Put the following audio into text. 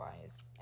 wise